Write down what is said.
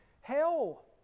hell